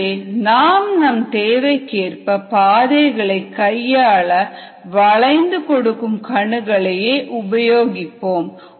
எனவே நாம் நம் தேவைக்கு ஏற்ப பாதைகளை கையாள வளைந்து கொடுக்கும் கணு களையே உபயோகிப்போம்